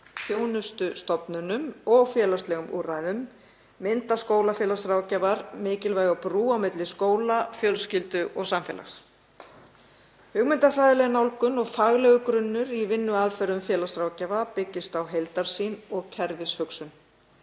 þjónustustofnunum og félagslegum úrræðum mynda skólafélagsráðgjafar mikilvæga brú á milli skóla, fjölskyldu og samfélags. Hugmyndafræðileg nálgun og faglegur grunnur í vinnuaðferðum félagsráðgjafa byggist á heildarsýn og kerfishugsun.